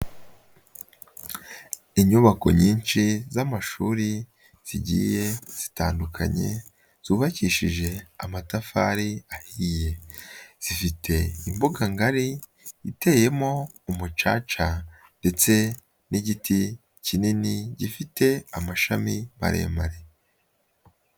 inyubako nyinshi z'amashuri zigiye zitandukanye, zubakishije amatafari ahiye, zifite imbuganga ngari, iteyemo umucaca ndetse n'igiti kinini, gifite amashami maremare.